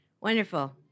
Wonderful